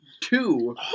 two